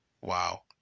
Wow